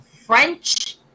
French